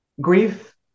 grief